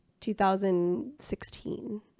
2016